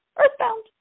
earthbound